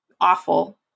awful